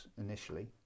initially